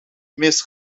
mis